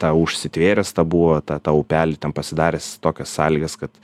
tą užsitvėręs tą buvo tą tą upelį ten pasidaręs tokias sąlygas kad